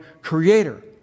Creator